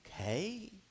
okay